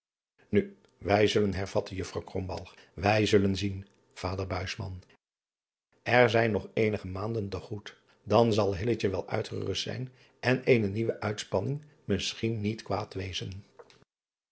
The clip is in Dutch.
u wij zullen hervatte uffrouw wij zullen zien vader r zijn nog eenige maanden te goed dan zal wel uitgerust zijn en eene nieuwe uitspanning misschien niet kwaad wezen